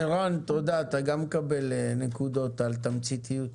תודה, ערן, אתה גם מקבל נקודות על תמציתיות.